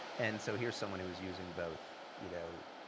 and so here's someone who was using both you know